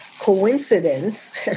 coincidence